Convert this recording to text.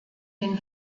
den